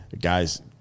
Guys